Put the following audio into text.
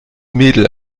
mädel